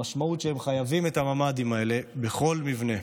המשמעות היא שהם חייבים את הממ"דים האלה בכל מבנה.